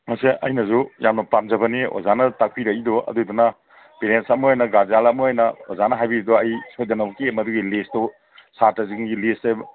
ꯃꯁꯦ ꯑꯩꯅꯁꯨ ꯌꯥꯝꯅ ꯄꯥꯝꯖꯕꯅꯤ ꯑꯣꯖꯥꯅ ꯇꯥꯛꯄꯤꯔꯛꯏꯗꯨ ꯑꯗꯨꯏꯗꯨꯅ ꯄꯦꯔꯦꯟꯁ ꯑꯃ ꯑꯣꯏꯅ ꯒꯥꯔꯖꯤꯌꯥꯜ ꯑꯃ ꯑꯣꯏꯅ ꯑꯣꯖꯥꯅ ꯍꯥꯏꯕꯤꯔꯤꯗꯨ ꯑꯩ ꯁꯣꯏꯗꯅꯃꯛꯀꯤ ꯃꯗꯨꯒꯤ ꯂꯤꯁꯇꯨ ꯁꯥꯠꯇ꯭ꯔꯁꯤꯡꯒꯤ ꯂꯤꯁꯁꯦ